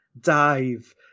dive